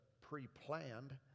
pre-planned